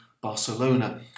Barcelona